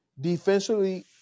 defensively